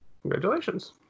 Congratulations